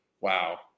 wow